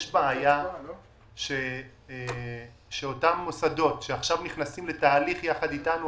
יש בעיה שאותם מוסדות שעכשיו נכנסים לתהליך יחד אתנו,